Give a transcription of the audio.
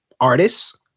artists